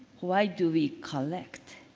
why do we collect?